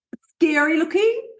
scary-looking